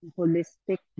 holistic